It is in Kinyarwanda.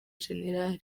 gen